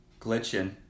Glitching